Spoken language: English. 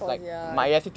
cons ya